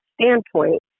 standpoint